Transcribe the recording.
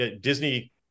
Disney